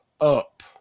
up